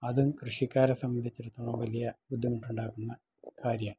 അതും കൃഷിക്കാരെ സംബന്ധിച്ചിടത്തോളം വലിയ ബുദ്ധിമുട്ടുണ്ടാക്കുന്ന കാര്യമാണ്